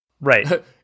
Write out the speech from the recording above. Right